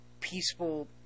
peaceful